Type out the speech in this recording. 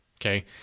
Okay